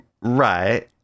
Right